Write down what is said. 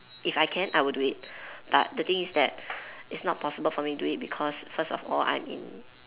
if I can I will do it but the thing is that it's not possible for me to do it because first of all I'm in